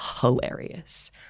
hilarious